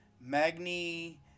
magni